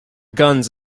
guns